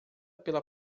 pela